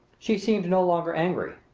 she seemed no longer angry.